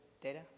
data